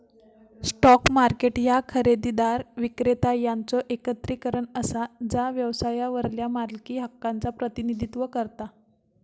stock market ह्या खरेदीदार, विक्रेता यांचो एकत्रीकरण असा जा व्यवसायावरल्या मालकी हक्कांचा प्रतिनिधित्व करता